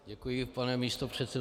Děkuji, pane místopředsedo.